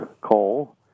coal